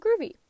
groovy